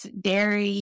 dairy